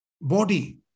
body